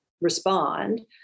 respond